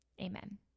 Amen